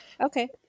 Okay